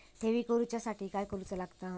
ठेवी करूच्या साठी काय करूचा लागता?